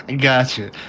Gotcha